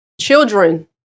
Children